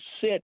sit